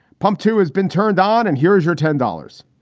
pump two has been turned on and here's your ten dollars.